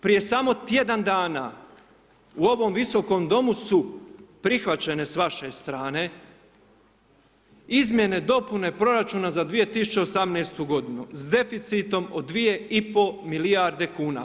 Prije samo tjedan dana, u ovom Visokom domu su prihvaćene s vaše strane Izmjene, dopune proračuna za 2018.-tu godinu s deficitom od 2,5 milijarde kuna.